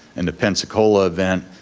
in the pensacola event,